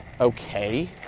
okay